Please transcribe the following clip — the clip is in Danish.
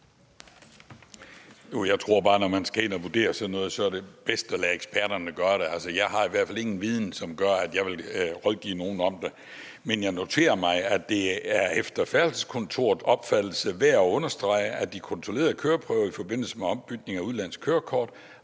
jeg tror bare, at når man skal ind at vurdere sådan noget, er det bedst at lade eksperterne gøre det. Altså, jeg har i hvert fald ingen viden, som gør, at jeg vil rådgive nogen om det. Men jeg noterer mig, at det efter Færdselsskontorets opfattelse er værd at understrege, at de kontrollerende køreprøver i forbindelse med ombytning af udenlandsk kørekort